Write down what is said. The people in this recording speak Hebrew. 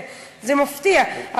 זה מפתיע.